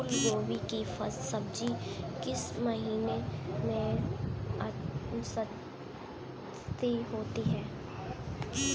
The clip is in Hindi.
फूल गोभी की सब्जी किस महीने में सस्ती होती है?